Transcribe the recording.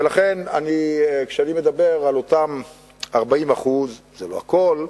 ולכן כשאני מדבר על אותם 40% זה לא הכול,